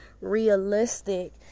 realistic